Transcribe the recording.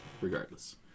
regardless